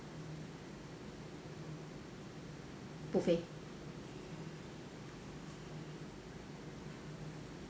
buffet